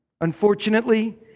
Unfortunately